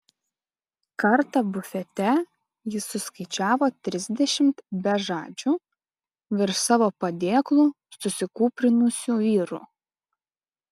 kartą bufete jis suskaičiavo trisdešimt bežadžių virš savo padėklų susikūprinusių vyrų